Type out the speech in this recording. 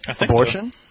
Abortion